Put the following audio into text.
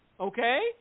Okay